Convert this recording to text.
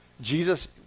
Jesus